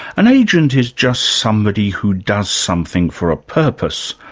an agent is just somebody who does something for a purpose,